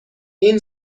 این